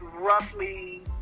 roughly